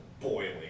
boiling